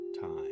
time